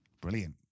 Brilliant